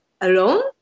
alone